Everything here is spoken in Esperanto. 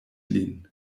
lin